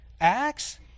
acts